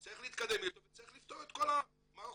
צריך להתקדם איתו וצריך לפתור את כל המערכות